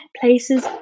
places